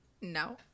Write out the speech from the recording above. No